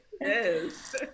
Yes